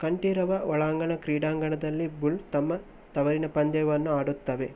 ಕಂಠೀರವ ಒಳಾಂಗಣ ಕ್ರೀಡಾಂಗಣದಲ್ಲಿ ಬುಲ್ ತಮ್ಮ ತವರಿನ ಪಂದ್ಯವನ್ನು ಆಡುತ್ತವೆ